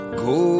go